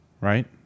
Right